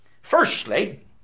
Firstly